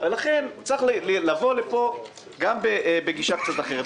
לכן צריך לבוא לפה בגישה קצת אחרת.